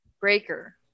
Breaker